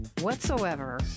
whatsoever